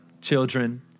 children